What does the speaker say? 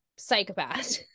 Psychopath